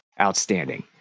outstanding